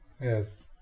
Yes